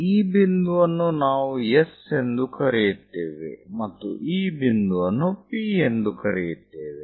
ಈ ಬಿಂದುವನ್ನು ನಾವು S ಎಂದು ಕರೆಯುತ್ತೇವೆ ಮತ್ತು ಈ ಬಿಂದುವನ್ನು P ಎಂದು ಕರೆಯುತ್ತೇವೆ